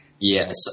Yes